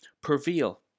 prevail